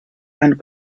and